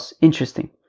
Interesting